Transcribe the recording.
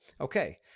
Okay